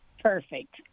Perfect